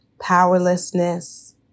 powerlessness